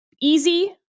easy